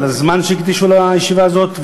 על הזמן שהקדישו לחקיקה הזאת,